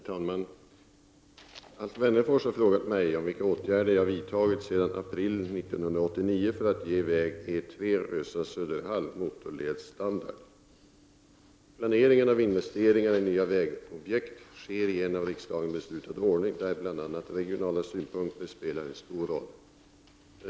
Herr talman! Alf Wennerfors har frågat mig vilka åtgärder jag sedan april 1989 har vidtagit för att ge väg E 3 Rösa—Söderhall motorledsstandard. Planeringen av investeringar i nya vägobjekt sker i en av riksdagens beslutad ordning, där bl.a. regionala synpunkter spelar en stor roll.